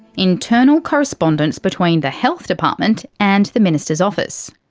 internal correspondence between the health department and the minister's office.